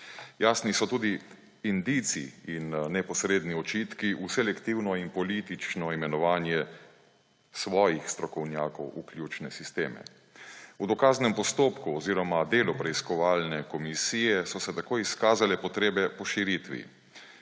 Jasni so tudi indici in neposredni očitki v selektivno in politično imenovanje svojih strokovnjakov v ključne sisteme. V dokaznem postopku oziroma delu preiskovalne komisije so se tako izkazale potrebe po širitvi,